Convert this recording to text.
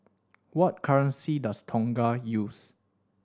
what currency does Tonga use